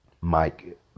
Mike